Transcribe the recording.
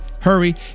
hurry